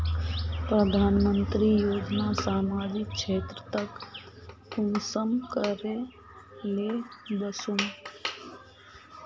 प्रधानमंत्री योजना सामाजिक क्षेत्र तक कुंसम करे ले वसुम?